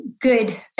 good